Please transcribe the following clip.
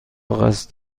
قصد